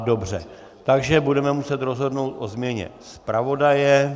Dobře, takže budeme muset rozhodnout o změně zpravodaje.